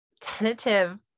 tentative